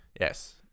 Yes